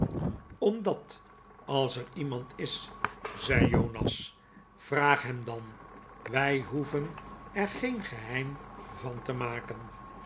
omdat als er iemand is zei jonas m vraag hem dan wij hoeven er geen geheim van te maken